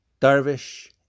Darvish